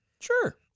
Sure